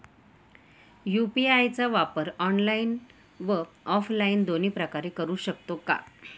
UPI चा वापर online व ऑफलाईन दोन्ही प्रकारे करु शकतो का?